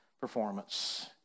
performance